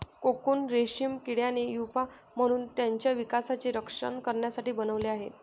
cocoon रेशीम किड्याने pupa म्हणून त्याच्या विकासाचे रक्षण करण्यासाठी बनवले आहे